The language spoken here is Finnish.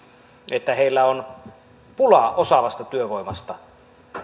että heillä on pulaa osaavasta työvoimasta